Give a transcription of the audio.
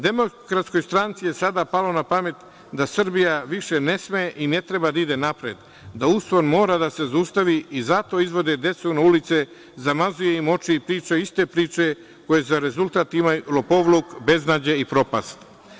Demokratskoj stranci je sada palo na pamet da Srbija više ne sme i ne treba da ide napred, da uspon mora da se zaustavi i zato izvodi decu na ulice, zamazuje im oči i priča iste priče koje za rezultat imaju lopovluk, beznađe i propast.